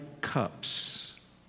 cups